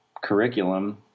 curriculum